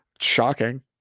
Shocking